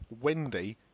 Wendy